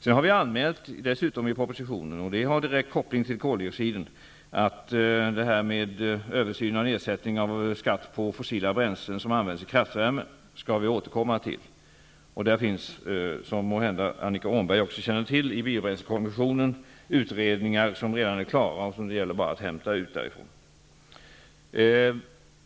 Vi har dessutom anmält i propositionen, och det har en direkt koppling till koldioxiden, att vi skall återkomma till översynen av nedsättningen av skatt på fossila bränslen som används i kraftvärmeverk. Det finns, som måhända Annika Åhnberg också känner till, utredningar i biobränslekommissionen som redan är klara och som det bara är att hämta ut.